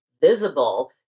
visible